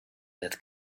that